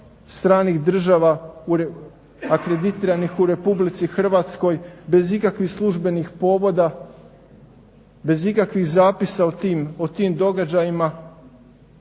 stranih država akreditiranih u Republici Hrvatskoj bez ikakvih službenih povoda, bez ikakvih zapisa o tim događajima,